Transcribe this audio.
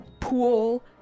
pool